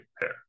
pair